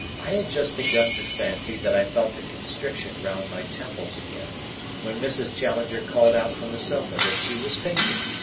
i had just begun to fancy that i felt the constriction round my temples again when mrs. challenger called out from the sofa that she was fainting.